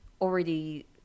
already